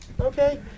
okay